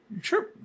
Sure